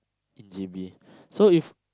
in J_B so if